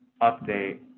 update